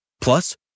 Plus